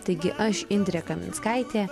taigi aš indrė kaminskaitė